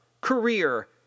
career